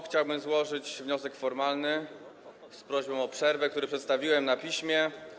Chciałbym złożyć wniosek formalny z prośbą o przerwę, który przedstawiłem na piśmie.